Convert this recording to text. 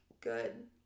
good